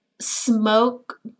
smoke